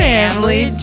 Family